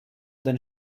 den